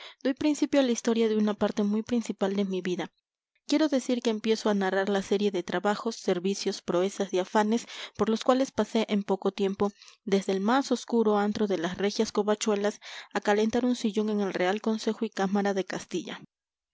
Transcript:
doy principio a la historia de una parte muy principal de mi vida quiero decir que empiezo a narrar la serie de trabajos servicios proezas y afanes por los cuales pasé en poco tiempo desde el más oscuro antro de las regias covachuelas a calentar un sillón en el real consejo y cámara de castilla